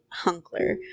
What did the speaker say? Hunkler